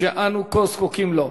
שאנו כה זקוקים להם.